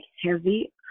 heavy